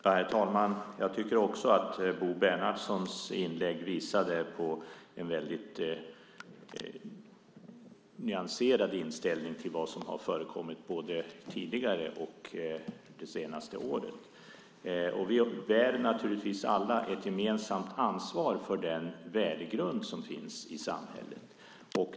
Herr talman! Jag tycker också att Bo Bernhardssons inlägg visade på en nyanserad inställning till vad som har förekommit både tidigare och de senaste åren. Vi bär naturligtvis alla ett gemensamt ansvar för den värdegrund som finns i samhället.